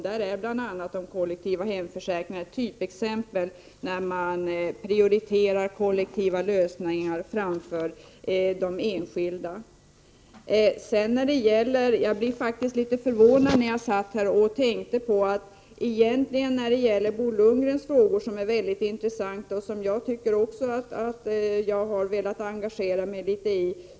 De kollektiva hemförsäkringarna är ett typexempel på att man prioriterar kollektiva lösningar framför enskilda. Jag blev faktiskt litet förvånad över svaret på Bo Lundgrens frågor, som är väldigt intressanta och som jag också har velat engagera miglitet i.